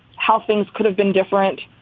how things could have been different